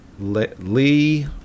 Lee